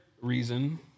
reason